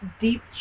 deep